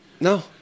No